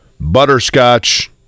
butterscotch